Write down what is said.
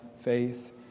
faith